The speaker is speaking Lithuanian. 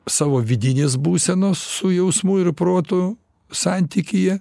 savo vidinės būsenos su jausmu ir protu santykyje